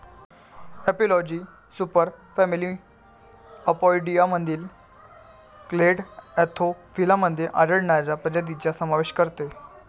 एपिलॉजी सुपरफॅमिली अपोइडियामधील clade Anthophila मध्ये आढळणाऱ्या प्रजातींचा समावेश करते